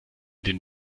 dem